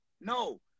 No